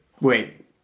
Wait